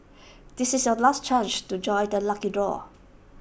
this is your last chance to join the lucky draw